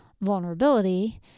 vulnerability